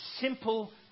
simple